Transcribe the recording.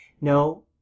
No